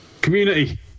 community